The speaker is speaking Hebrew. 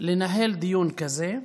לנהל דיון כזה.